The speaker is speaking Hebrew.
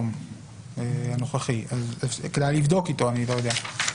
כדאי לבדוק איתו, אני לא יודע.